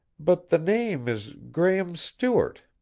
but the name is graehme stewart.